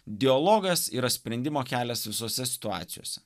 dialogas yra sprendimo kelias visose situacijose